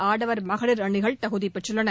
ஆடவர் மகளிர் அணிகள் தகுதி பெற்றுள்ளன